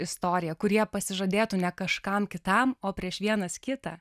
istorija kurie pasižadėtų ne kažkam kitam o prieš vienas kitą